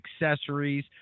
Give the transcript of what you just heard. accessories